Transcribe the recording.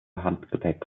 handgepäck